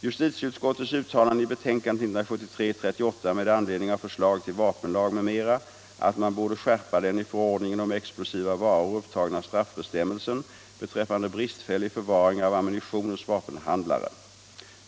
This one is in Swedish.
Justitieutskottet uttalade i betänkandet 1973:38 med anledning av förslag till vapenlag m.m. att man borde skärpa den i förordningen om explosiva varor upptagna straffbestämmelsen beträffande bristfällig förvaring av ammunition hos vapenhandlare.